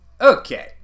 Okay